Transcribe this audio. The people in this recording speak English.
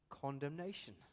condemnation